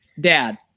Dad